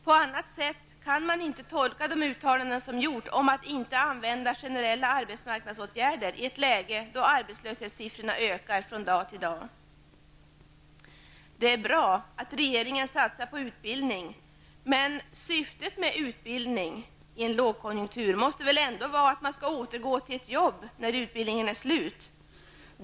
På annat sätt kan man inte tolka de uttalanden som gjorts om att inte använda generella arbetsmarknadsåtgärder i ett läge då arbetslöshetssiffrorna ökar från dag till dag. Det är bra att regeringen satsar på utbildning, men syftet med utbildning i en lågkonjunktur måste väl ändå vara att man skall återgå till ett jobb när utbildningen är slut?